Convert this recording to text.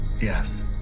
Yes